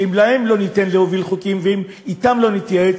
אם להם לא ניתן להוביל חוקים ואם אתם לא נתייעץ,